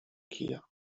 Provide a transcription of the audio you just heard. kija